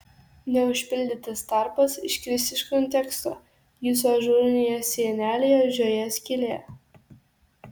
neužpildytas tarpas iškris iš konteksto jūsų ažūrinėje sienelėje žiojės skylė